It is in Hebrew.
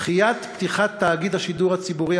דחיית פתיחת תאגיד השידור הציבורי